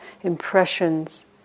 impressions